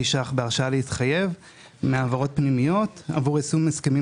₪ בהרשאה להתחייב מהעברות פנימיות עבור יישום הסכמים